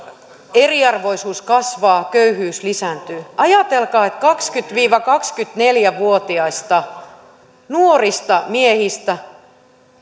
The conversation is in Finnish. eriarvoisuus kasvaa köyhyys lisääntyy ajatelkaa että kaksikymmentä viiva kaksikymmentäneljä vuotiaista nuorista miehistä